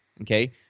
Okay